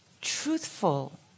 truthful